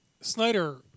Snyder